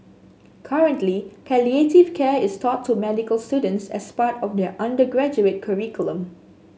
currently palliative care is taught to medical students as part of their undergraduate curriculum